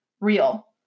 real